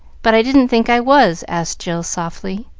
but i didn't think i was, asked jill softly.